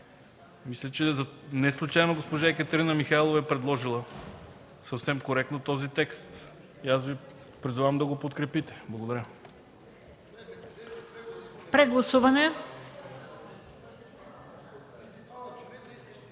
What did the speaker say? Мисля, че неслучайно госпожа Екатерина Михайлова е предложила съвсем коректно този текст. Призовавам Ви да го подкрепите. Благодаря.